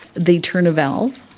they turn a valve